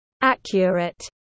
accurate